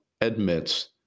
admits